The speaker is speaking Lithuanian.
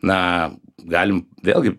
na galim vėlgi